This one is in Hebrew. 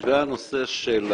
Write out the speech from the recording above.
לגבי הנושא של